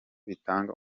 bitanga